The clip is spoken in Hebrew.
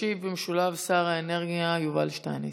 ישיב במשולב שר האנרגיה יובל שטייניץ,